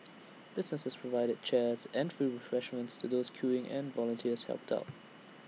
businesses provided chairs and free refreshments to those queuing and volunteers helped out